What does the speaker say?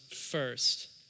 first